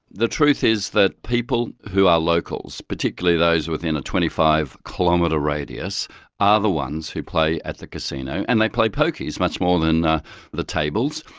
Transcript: the truth is that people who are locals, particularly those within a twenty five kilometre radius are the ones who play at the casino, and they play pokies much more than ah the tables.